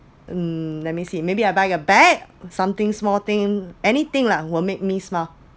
um let me see maybe I buy a bag something small thing anything lah will make me smile